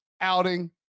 outing